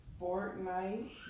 Fortnite